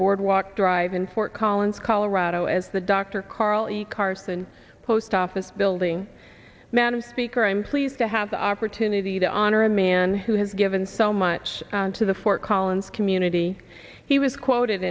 boardwalk drive in fort collins colorado as the dr karley carson post office building man and speaker i'm pleased to have the opportunity to honor a man who has given so much to the fort collins community he was quoted